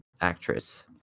actress